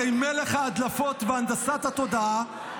הרי מלך ההדלפות והנדסת התודעה,